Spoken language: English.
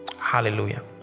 hallelujah